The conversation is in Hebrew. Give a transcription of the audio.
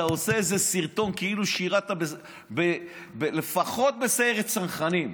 אתה עושה איזה סרטון כאילו שירתָ לפחות בסיירת צנחנים.